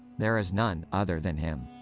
there is none other than him.